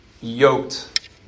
yoked